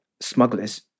smugglers